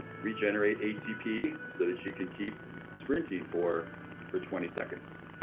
regenerate atp so that you can keep sprinting for for twenty seconds.